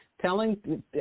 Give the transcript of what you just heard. Telling